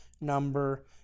number